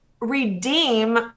redeem